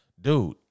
Dude